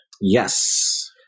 Yes